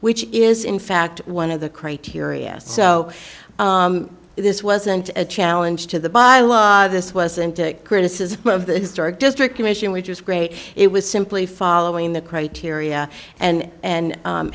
which is in fact one of the criteria so this wasn't a challenge to the by law this wasn't a criticism of the historic district commission which was great it was simply following the criteria and